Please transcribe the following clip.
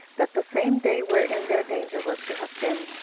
that the same day wherein their danger was to have been,